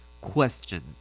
Question